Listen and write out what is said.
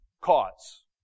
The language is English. cause